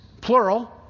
plural